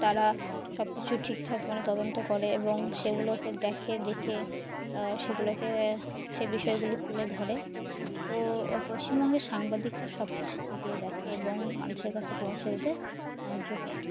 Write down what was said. তারা সব কিছু ঠিকঠাক মানে তদন্ত করে এবং সেগুলোকে দেখে দেখে সেগুলোকে সে বিষয়গুলি তুলে ধরে তো পশ্চিমবঙ্গের সাংবাদিকরা সব কিছু খুঁটিয়ে দেখে এবং মানুষের কাছে পৌঁছে যেতে সাহায্য করে